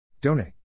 donate